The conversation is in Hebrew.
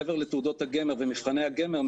מעבר לתעודות הגמר ומבחני הגמר,